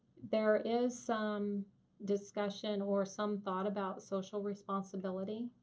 there is some discussion or some thought about social responsibility,